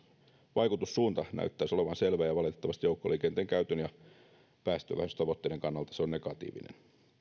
vaikutussuunta näyttäisi olevan selvä ja valitettavasti joukkoliikenteen käytön ja päästövähennystavoitteiden kannalta se on negatiivinen